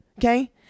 okay